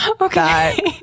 Okay